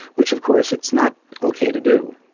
which of course it's not okay to do.